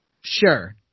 Sure